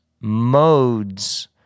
modes